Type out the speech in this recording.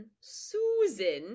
susan